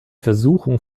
versuchung